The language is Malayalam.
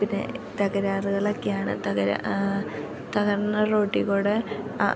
പിന്നെ തകരാറുകൾ ഒക്കെയാണ് തകർന്ന തകർന്ന റോട്ടിൽ കൂടെ ആ